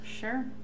Sure